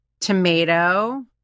tomato